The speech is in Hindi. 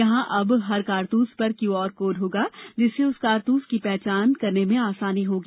यहां अब हर कारतूस पर क्यू आर कोड होगा जिससे उस कारतूस की पहचान में आसानी होगी